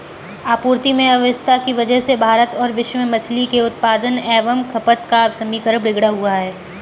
आपूर्ति में अव्यवस्था की वजह से भारत और विश्व में मछली के उत्पादन एवं खपत का समीकरण बिगड़ा हुआ है